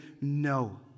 no